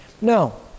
No